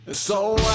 So-